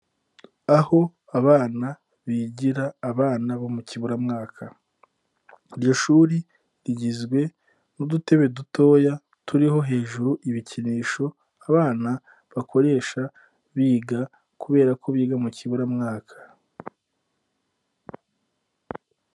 Aho abana bigira abana bo mu kiburamwaka, iryo shuri rigizwe n'udutebe dutoya turiho hejuru ibikinisho abana bakoresha biga kubera ko biga mu kiburamwaka.